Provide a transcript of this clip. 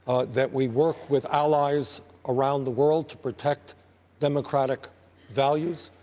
that we work with allies around the world to protect democratic values.